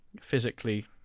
physically